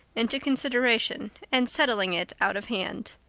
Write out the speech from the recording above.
into consideration and settling it out of hand.